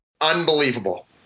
Unbelievable